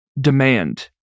demand